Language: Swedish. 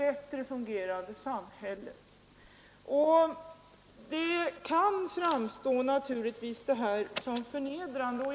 Denna vår hållning kan framstå som förnedrande för människorna i Guinea-Bissau.